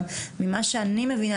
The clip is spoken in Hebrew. ממה שאני מבינה,